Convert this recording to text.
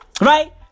Right